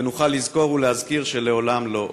ונוכל לזכור ולהזכיר שלעולם לא עוד.